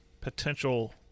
potential